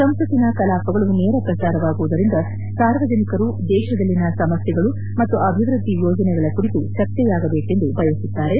ಸಂಸತ್ತಿನ ಕಲಾಪಗಳು ನೇರ ಪ್ರಸಾರವಾಗುವುದರಿಂದ ಸಾರ್ವಜನಿಕರು ದೇಶದಲ್ಲಿನ ಸಮಸ್ಥಗಳು ಮತ್ತು ಅಭಿವೃದ್ಧಿ ಯೋಜನೆಗಳ ಕುರಿತು ಚರ್ಚೆಯಾಗಬೇಕೆಂದು ಬಯಸುತ್ತಾರೆ